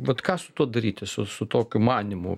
vat ką su tuo daryti su su tokiu manymu